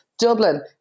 Dublin